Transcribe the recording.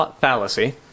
Fallacy